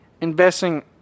investing